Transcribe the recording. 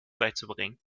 beizubringen